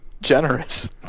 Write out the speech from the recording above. generous